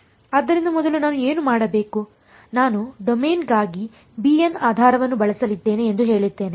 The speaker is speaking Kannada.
ಆದ್ದರಿಂದ ಮೊದಲು ನಾನು ಏನು ಮಾಡಬೇಕುನಾನು ಡೊಮೇನ್ಗಾಗಿ bn ಆಧಾರವನ್ನು ಬಳಸಲಿದ್ದೇನೆ ಎಂದು ಹೇಳಿದ್ದೇನೆ